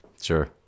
Sure